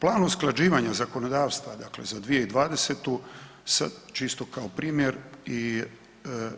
Plan usklađivanja zakonodavstva dakle za 2020. sad čisto kao primjer i